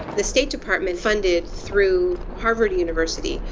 the state department funded through harvard university.